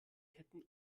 ketten